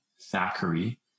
Thackeray